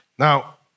Now